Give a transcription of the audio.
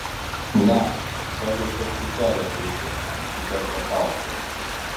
ne pažeistos tik kelios sritys įsiterpė faustas